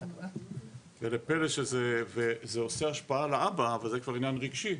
וזה עושה השפעה לאבא וזה כבר עניין רגשי.